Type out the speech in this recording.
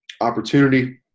opportunity